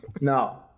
No